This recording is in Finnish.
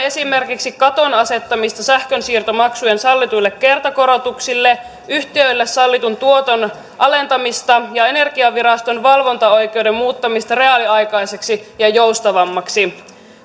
esimerkiksi katon asettamista sähkönsiirtomaksujen sallituille kertakorotuksille yhtiöille sallitun tuoton alentamista ja energiaviraston valvontaoikeuden muuttamista reaaliaikaiseksi ja joustavammaksi